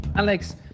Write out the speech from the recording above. Alex